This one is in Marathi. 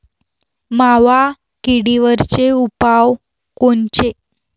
मावा किडीवरचे उपाव कोनचे?